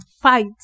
fight